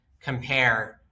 compare